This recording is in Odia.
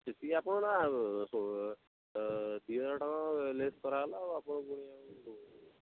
ଯେତିକି ଆପଣଙ୍କର ନା ସୋ ଦୁଇ ହଜାର ଟଙ୍କା ଲେସ୍ କରାଗଲା ଆଉ ଆପଣ